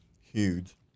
huge